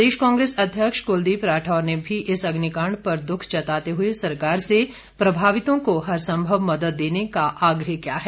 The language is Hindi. प्रदेश कांग्रेस अध्यक्ष कुलदीप राठौर ने भी इस अग्निकांड पर दुख जताते हुए सरकार से प्रभावितों को हर संभव मदद देने का आग्रह किया है